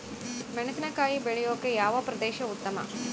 ಮೆಣಸಿನಕಾಯಿ ಬೆಳೆಯೊಕೆ ಯಾವ ಪ್ರದೇಶ ಉತ್ತಮ?